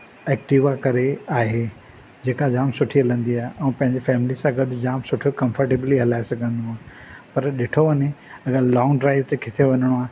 Activa करे आहे जेका जाम सुठी हलंदी आहे ऐं पंहिंजी फैमिली सां गॾु जाम सुठे कंफर्टेबली हलाए सघंदो आहियां पर ॾिठो वञे अगर लॉन्ग ड्राइव ते किथे वञिणो आहे